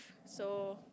so